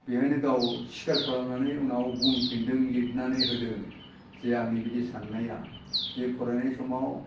बेहायनो गाव सिखार खालामनानै उनाव बुंफिन्दों लिरनानै होदों जे आंनि बिदि सान्नाया जे फरायनाय समाव